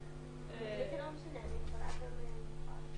מתחילים הצבעה.